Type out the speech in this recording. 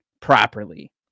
properly